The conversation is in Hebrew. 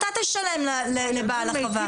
אתה תשלם לבעל החווה.